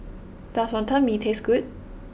does Wonton Mee taste good